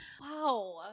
Wow